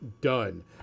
done